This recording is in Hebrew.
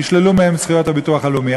ישללו מהם את זכויות הביטוח הלאומי,